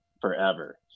forever